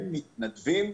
הם מתנדבים.